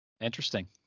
Interesting